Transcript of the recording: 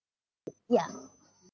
yeah